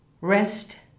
rest